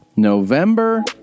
November